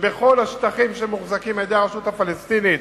בכל השטחים שמוחזקים על-ידי הרשות הפלסטינית,